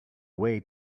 way